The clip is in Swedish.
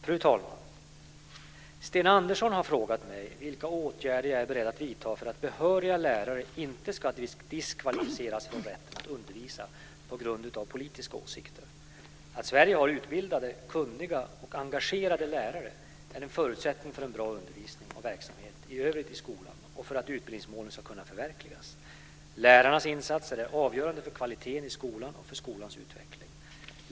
Fru talman! Sten Andersson har frågat mig vilka åtgärder jag är beredd att vidta för att behöriga lärare inte ska diskvalificeras från rätten att undervisa på grund av politiska åsikter. Att Sverige har utbildade, kunniga och engagerade lärare är en förutsättning för en bra undervisning och verksamhet i övrigt i skolan och för att utbildningsmålen ska kunna förverkligas. Lärarnas insatser är avgörande för kvaliteten i skolan och för skolans utveckling.